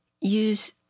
use